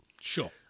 Sure